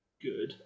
good